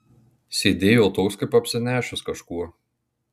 sėdėjo toks kaip apsinešęs kažkuo